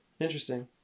Interesting